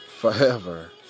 forever